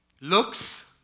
Looks